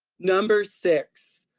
number six,